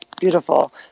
beautiful